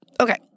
okay